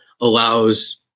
allows